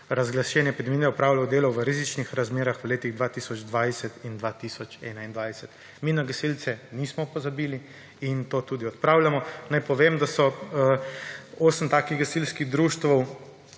razglašene epidemije opravljal delo v rizičnih razmerah v letih 2020 in 2021. Mi na gasilce nismo pozabili in to tudi odpravljamo. Naj povem, da so osem takih gasilskih društev